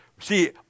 see